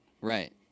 Right